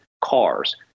cars